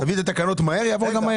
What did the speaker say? תביא את התקנות מהר זה יעבור מהר.